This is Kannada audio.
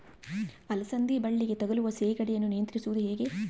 ಅಲಸಂದಿ ಬಳ್ಳಿಗೆ ತಗುಲುವ ಸೇಗಡಿ ಯನ್ನು ನಿಯಂತ್ರಿಸುವುದು ಹೇಗೆ?